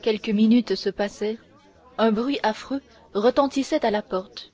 quelques minutes se passèrent un bruit affreux retentissait à la porte